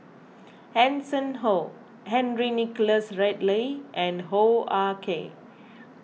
Hanson Ho Henry Nicholas Ridley and Hoo Ah Kay